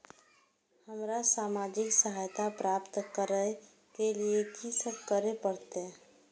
हमरा सामाजिक सहायता प्राप्त करय के लिए की सब करे परतै?